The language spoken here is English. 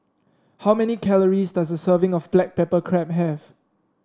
how many calories does a serving of Black Pepper Crab have